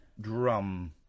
drum